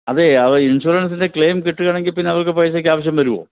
അതെ അത് ഇൻഷുറൻസിൻ്റെ ക്ലെയിം കിട്ടുവാണെങ്കിൽ പിന്നെ അവർക്ക് പൈസക്ക് ആവശ്യം വരുവോ